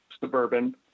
Suburban